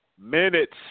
minutes